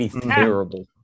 terrible